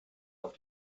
auf